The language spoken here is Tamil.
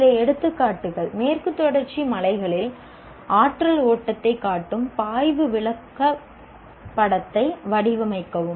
சில எடுத்துக்காட்டுகள் மேற்குத் தொடர்ச்சி மலைகளில் ஆற்றல் ஓட்டத்தைக் காட்டும் பாய்வு விளக்கப்படத்தை வடிவமைக்கவும்